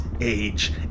age